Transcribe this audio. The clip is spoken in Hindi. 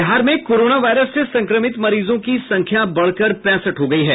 बिहार में कोरोना वायरस से संक्रमित मरीजों की संख्या बढ़कर पैंसठ हो गयी है